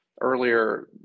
earlier